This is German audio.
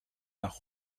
nach